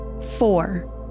Four